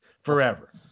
forever